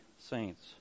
saints